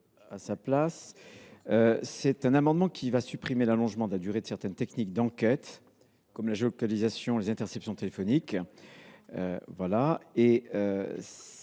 Cet amendement vise à supprimer l’allongement de la durée de certaines techniques d’enquête, comme la géolocalisation et les interceptions téléphoniques.